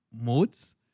modes